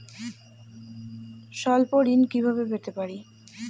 স্বল্প ঋণ কিভাবে পেতে পারি?